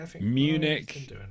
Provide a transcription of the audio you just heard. Munich